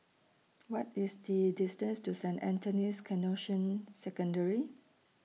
What IS The distance to Saint Anthony's Canossian Secondary